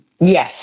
Yes